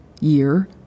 year